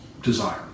desire